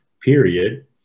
period